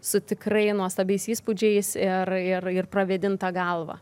su tikrai nuostabiais įspūdžiais ir ir ir pravėdinta galvą